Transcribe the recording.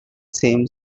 same